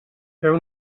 feu